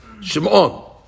Shimon